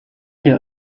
der